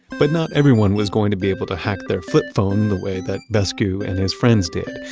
but not everyone was going to be able to hack their flip phone the way that vesku and his friends did.